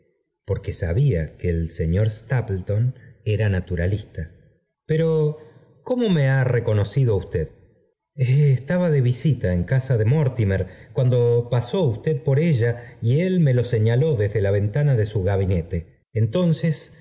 porque sabía que el señor stapleton era naturalista pero cómo me ha conocido usted estaba de visita en casa de mortimer cuando pasó usted por ella y él me lo señaló desde la ventana de su gabinete entonces